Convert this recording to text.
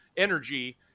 energy